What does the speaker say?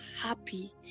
happy